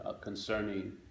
concerning